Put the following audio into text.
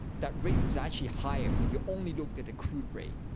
that rate was actually higher when you only looked at the crude rate.